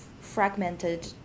fragmented